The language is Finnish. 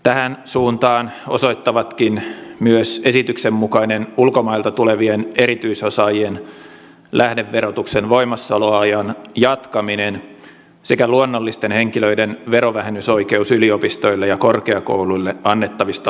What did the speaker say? tähän suuntaan osoittavatkin myös esityksen mukainen ulkomailta tulevien erityisosaajien lähdeverotuksen voimassaoloajan jatkaminen sekä luonnollisten henkilöiden verovähennysoikeus yliopistoille ja korkeakouluille annettavista lahjoituksista